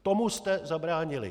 Tomu jste zabránili.